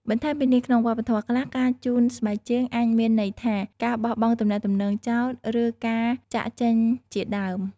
បន្ថែមពីនេះក្នុងវប្បធម៌ខ្លះ ការជូនស្បែកជើងអាចមានន័យថា ការបោះបង់ទំនាក់ទំនងចោល ឬ ការចាក់ចេញជាដើម។